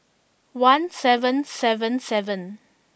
one seven seven seven